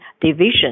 division